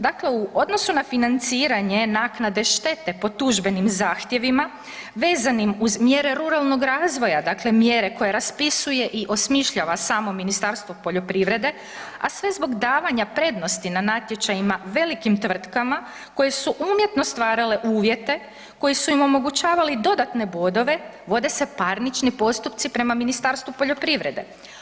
Dakle, u odnosu na financiranje naknade štete po tužbenim zahtjevima vezanim uz mjere ruralnog razvoja dakle mjere koje raspisuje i osmišljava samo Ministarstvo poljoprivrede a sve zbog davanja prednosti na natječajima velikim tvrtkama koje su umjetno stvarale uvjete koji su im omogućavali dodatne bodove vode se parnični postupci prema Ministarstvu poljoprivrede.